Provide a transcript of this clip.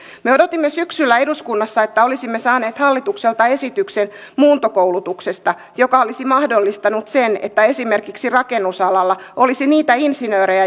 me odotimme syksyllä eduskunnassa että olisimme saaneet hallitukselta esityksen muuntokoulutuksesta joka olisi mahdollistanut sen että esimerkiksi rakennusalalla olisi niitä insinöörejä